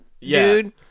dude